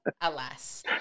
alas